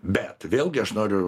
bet vėlgi aš noriu